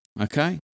okay